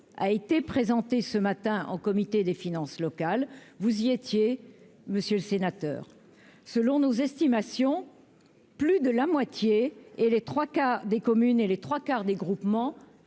a été présenté ce matin en comité des finances locales, vous y étiez, monsieur le sénateur, selon nos estimations, plus de la moitié et les 3 quarts des communes et les 3 quarts des groupements